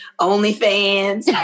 OnlyFans